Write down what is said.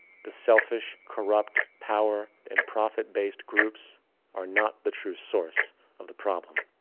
the selfish, corrupt power and profit based groups are not the true source of the problem.